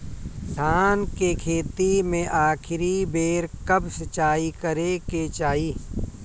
धान के खेती मे आखिरी बेर कब सिचाई करे के चाही?